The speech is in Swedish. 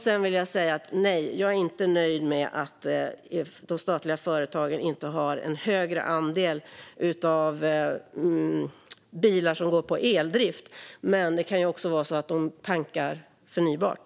Sedan vill jag säga att jag inte är nöjd med att de statliga företagen inte har en högre andel av bilar som går på eldrift. Det kan dock vara så att de tankar förnybart.